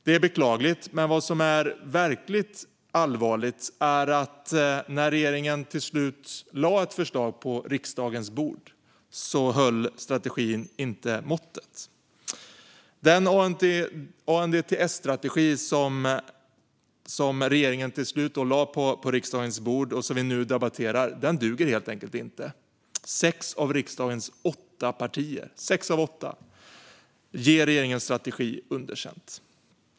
Det är beklagligt, men vad som är verkligt allvarligt är att det förslag till strategi som regeringen till slut lade fram inte håller måttet. Den ANDTS-strategi som regeringen till slut lade på riksdagens bord och som vi nu debatterar duger helt enkelt inte. Sex av riksdagens åtta partier ger regeringens strategi underkänt.